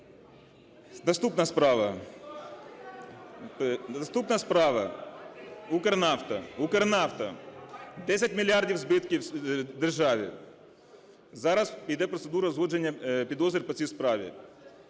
– "Укрнафта". "Укрнафта" – 10 мільярдів збитків держави. Зараз іде процедура узгодження підозр по цій справі,